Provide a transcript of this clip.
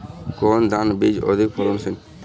কোন ধান বীজ অধিক ফলনশীল?